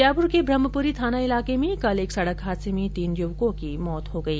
जयपुर के ब्रह्मपुरी थाना इलाके में कल एक सड़क हादसे में तीन युवकों की मौत हो गई